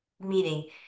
Meeting